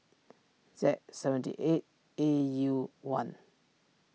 Z seventy eight A U one